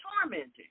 tormenting